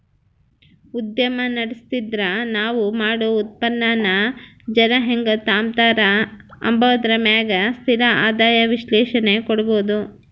ಉದ್ಯಮ ನಡುಸ್ತಿದ್ರ ನಾವ್ ಮಾಡೋ ಉತ್ಪನ್ನಾನ ಜನ ಹೆಂಗ್ ತಾಂಬತಾರ ಅಂಬಾದರ ಮ್ಯಾಗ ಸ್ಥಿರ ಆದಾಯ ವಿಶ್ಲೇಷಣೆ ಕೊಡ್ಬೋದು